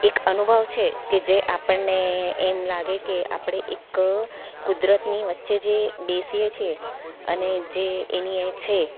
એક અનુભવ છે કે આપણને એમ લાગે કે આપણે એક કુદરતની વચ્ચે જે બેસી છીએ અને જે એની છે